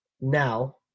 now